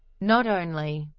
not only,